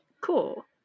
cool